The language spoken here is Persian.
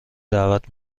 دعوت